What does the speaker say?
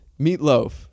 Meatloaf